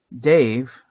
Dave